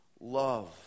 Love